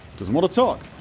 want to talk,